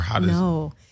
No